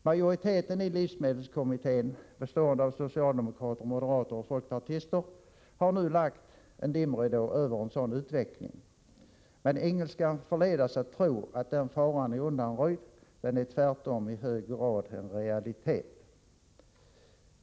Majoriteten i livsmedelskommittén, bestående av socialdemokrater, moderater och folkpartister, har nu lagt en dimridå över en sådan utveckling. Men ingen skall förledas att tro att den faran är undanröjd. Den är tvärtom i hög grad en realitet.